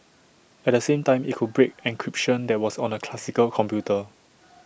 at the same time IT could break encryption that was on A classical computer